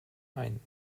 ein